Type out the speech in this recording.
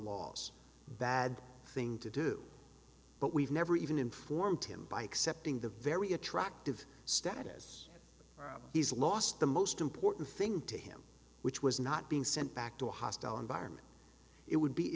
laws bad thing to do but we've never even informed him by accepting the very attractive status he's lost the most important thing to him which was not being sent back to a hostile environment it would be